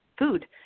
food